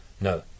No